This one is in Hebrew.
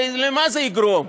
הרי למה זה יגרום,